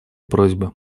просьбы